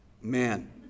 Man